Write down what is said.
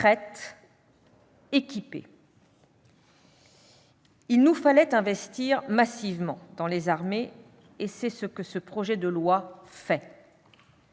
prêtes, équipées. Il nous fallait investir massivement dans les armées. C'est ce que fait ce projet de loi.